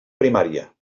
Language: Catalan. primària